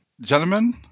Gentlemen